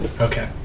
Okay